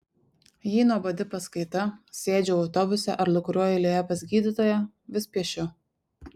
jei nuobodi paskaita sėdžiu autobuse ar lūkuriuoju eilėje pas gydytoją vis piešiu